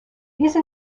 these